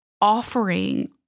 offering